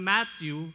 Matthew